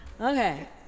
Okay